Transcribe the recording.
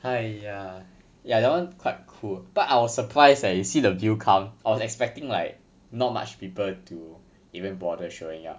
!haiya! ya that [one] quite cool but I was surprised leh you see the view count I was expecting like not much people to even bother showing up